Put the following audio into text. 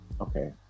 Okay